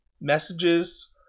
messages